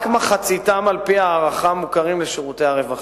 רק מחציתם, על-פי ההערכה, מוכרים לשירותי הרווחה.